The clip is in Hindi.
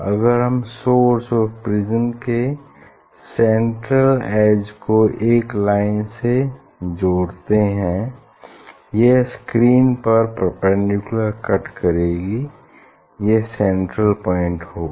अगर हम सोर्स और प्रिज्म के सेंट्रल एज को एक लाइन से जोड़ते हैं यह स्क्रीन पर परपेंडिकुलर कट करेगी यह सेंट्रल पॉइंट होगा